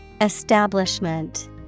Establishment